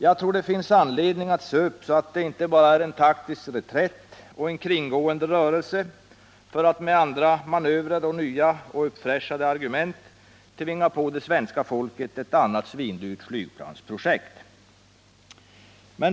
Jag tror det finns anledning att se upp, så att det inte bara blir en taktisk reträtt och en kringgående rörelse för att med andra manövrer och nya uppfräschade argument tvinga på svenska folket något annat svindyrt flygplansprojekt.